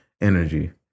energy